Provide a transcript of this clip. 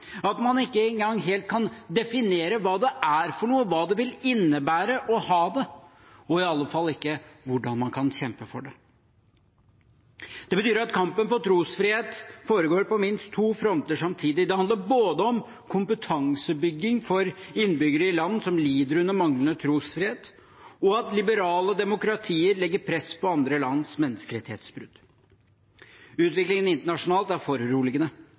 at man ikke engang helt kan definere hva det er for noe, hva det vil innebære å ha det, og i alle fall ikke hvordan man kan kjempe for det. Det betyr at kampen for trosfrihet foregår på minst to fronter samtidig. Det handler både om kompetansebygging for innbyggere i land som lider under manglende trosfrihet, og at liberale demokratier legger press på andre lands menneskerettighetsbrudd. Utviklingen internasjonalt er foruroligende.